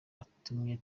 utumye